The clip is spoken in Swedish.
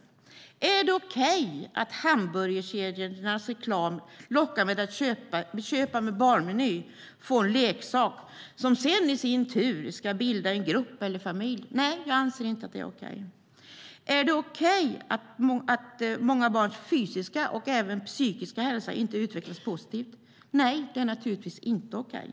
Är det okej att hamburgerkedjan i sin reklam lockar med att man vid köp av en barnmeny får en leksak som i sin tur ska bilda en grupp eller en familj? Nej, jag anser inte att det är okej. Är det okej att många barns fysiska och även psykiska hälsa inte utvecklas positivt? Nej, det är naturligtvis inte okej.